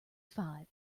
five